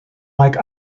like